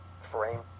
frame